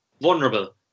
vulnerable